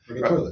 right